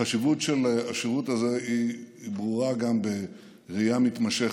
החשיבות של השירות הזה היא ברורה גם בראייה מתמשכת,